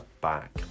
back